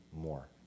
more